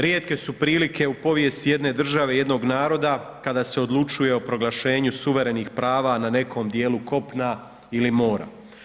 Rijetke su prilike u povijesti jedne države, jednog naroda kada se odlučuje o proglašenju suverenih prava na nekom dijelu kopna ili mora.